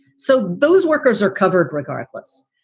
so those workers are covered regardless.